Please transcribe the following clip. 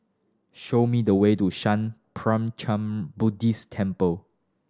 show me the way to Sattha Puchaniyaram Buddhist Temple